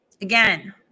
again